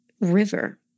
river